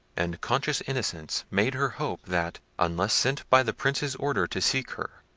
and conscious innocence made her hope that, unless sent by the prince's order to seek her,